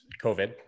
COVID